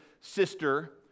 sister